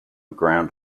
ground